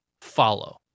follow